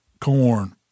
corn